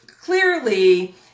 clearly